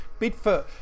Bigfoot